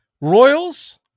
Royals